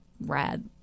rad